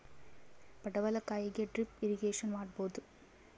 ಪಡವಲಕಾಯಿಗೆ drip irrigation ಮಾಡಬೋದ?